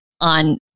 on